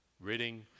Ridding